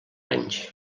anys